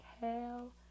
hell